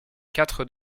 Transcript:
quatre